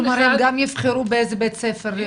כלומר, גם יבחרו באיזה בית ספר.